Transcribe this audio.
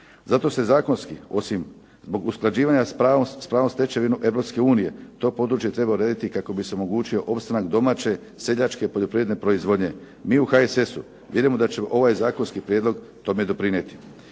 Zato se zakonski osim zbog usklađivanja s pravnom stečevinom Europske unije to područje treba urediti kako bi se omogućio opstanak domaće seljačke poljoprivredne proizvodnje. Mi u HSS-u vjerujemo da će ovaj zakonski prijedlog tome doprinijeti.